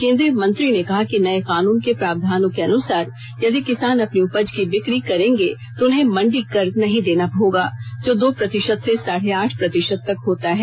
केंद्रीय मंत्री ने कहा कि नये कानून के प्रावधानों के अनुसार यदि किसान अपनी उपज की बिक्री करेंगे तो उन्हें मंडी कर नहीं देना होगा जो दो प्रतिशत से साढ़े आठ प्रतिशत तक होता है